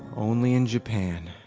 only in japan.